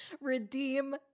Redeem